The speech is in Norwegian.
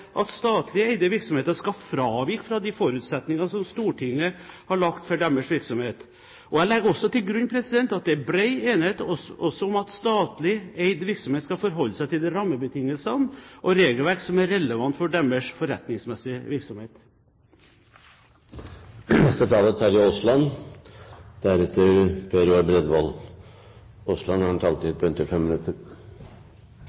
at statlig eide virksomheter skal fravike fra de forutsetningene som Stortinget har lagt for deres virksomhet. Jeg legger også til grunn at det er bred enighet også om at statlig eid virksomhet skal forholde seg til de rammebetingelser og det regelverk som er relevant for deres forretningsmessige virksomhet.